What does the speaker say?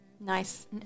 nice